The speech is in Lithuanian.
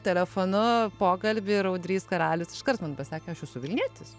telefonu pokalbį ir audrys karalius iškart man pasakė aš esu vilnietis